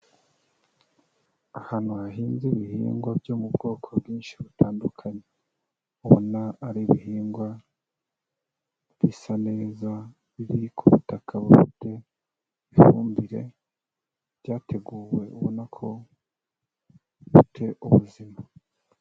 Ahantu hahinze ibihingwa byo mu bwoko bwinshi butandukanye, ubona ari ibihingwa bisa neza biri ku butaka bufite ifumbire, byateguwe ubona ko bifite ubuzima.